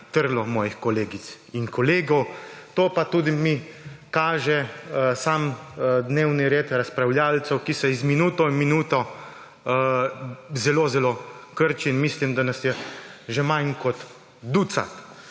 trlo mojih kolegic in kolegov. To pa tudi mi kaže sam dnevni red razpravljavcev, ki se iz minuto v minuto zelo zelo krči in mislim, da nas je že manj kot ducat.